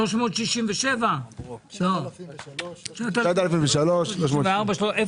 9003-367. הפנייה נועדה לתקצוב סך של 1,645,409 אלפי